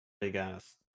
big-ass